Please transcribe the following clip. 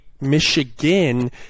Michigan